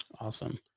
Awesome